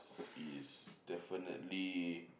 is definitely